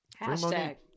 hashtag